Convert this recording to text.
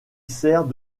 sert